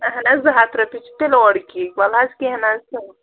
اَہَن حظ زٕ ہَتھ رۄپیہِ چھِ تیٚلہِ اورٕکی وَلہٕ حظ کیٚنٛہہ نہَ حظ چھُنہٕ